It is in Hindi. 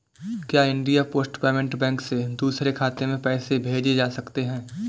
क्या इंडिया पोस्ट पेमेंट बैंक से दूसरे खाते में पैसे भेजे जा सकते हैं?